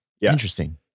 Interesting